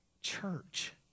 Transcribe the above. church